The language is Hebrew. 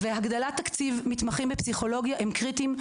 והגדלת תקציב מתמחים בפסיכולוגיה הם קריטיים.